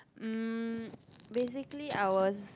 um basically I was